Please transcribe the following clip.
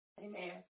Amen